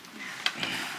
61,